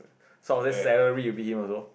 so under salary you beat him also